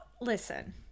Listen